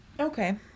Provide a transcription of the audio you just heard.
Okay